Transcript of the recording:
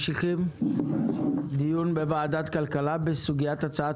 אנחנו ממשיכים דיון בוועדת הכלכלה בסוגיית הצעת